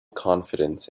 confidence